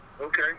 okay